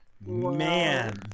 Man